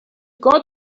got